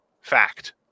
fact